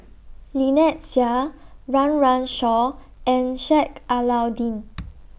Lynnette Seah Run Run Shaw and Sheik Alau'ddin